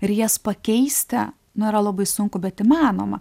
ir jas pakeisti nu yra labai sunku bet įmanoma